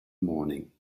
morning